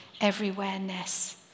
everywhere-ness